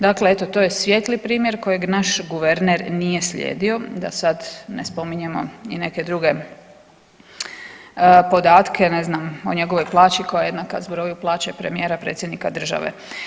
Dakle, eto to je svijetli primjer kojeg naš guverner nije slijedio, da sad ne spominjemo i neke druge podatke, ne znam o njegovoj plaći koja je jednaka zbroju plaće premijera i predsjednika države.